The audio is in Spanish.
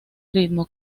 ritmo